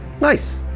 Nice